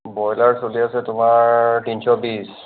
broiler চলি আছে তোমাৰ তিনিশ বিছ